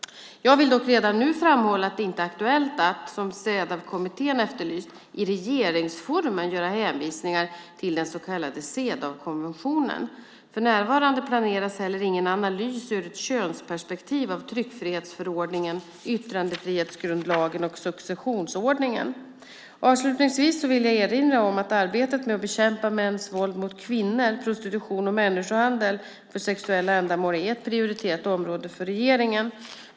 Jag vill dock redan nu framhålla att det inte är aktuellt att, som Cedawkommittén efterlyst, i regeringsformen göra hänvisningar till den så kallade Cedawkonventionen. För närvarande planeras heller ingen analys ur ett könsperspektiv av tryckfrihetsförordningen, yttrandefrihetsgrundlagen och successionsordningen. Avslutningsvis vill jag erinra om att arbetet med att bekämpa mäns våld mot kvinnor, prostitution och människohandel för sexuella ändamål är ett prioriterat område för regeringen.